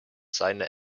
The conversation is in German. seine